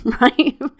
right